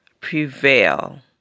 Prevail